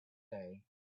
day